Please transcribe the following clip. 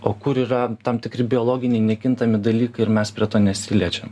o kur yra tam tikri biologiniai nekintami dalykai ir mes prie to nesiliečiam